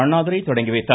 அண்ணாதுரை தொடங்கி வைத்தார்